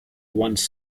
once